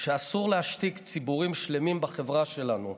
שאסור להשתיק ציבורים שלמים בחברה שלנו.